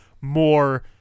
more